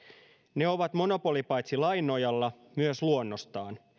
ne ovat monopoli paitsi lain nojalla myös luonnostaan